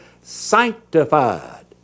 sanctified